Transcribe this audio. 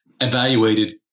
evaluated